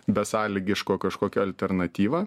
besąlygiško kažkokią alternatyvą